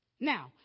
Now